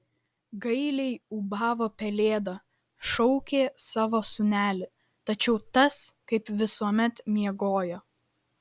gailiai ūbavo pelėda šaukė savo sūnelį tačiau tas kaip visuomet miegojo